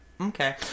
okay